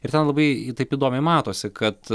ir ten labai taip įdomiai matosi kad